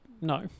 no